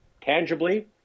Tangibly